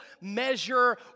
measure